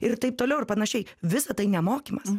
ir taip toliau ir panašiai visa tai nemokymas